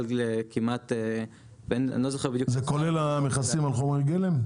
זה כולל המכסים על חומרי גלם?